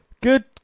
Good